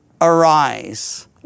arise